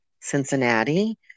Cincinnati